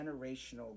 generational